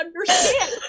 understand